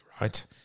right